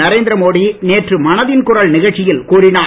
நரேந்திர மோடி நேற்று மனதின் குரல் நிகழ்ச்சியில் கூறினார்